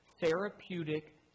therapeutic